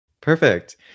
Perfect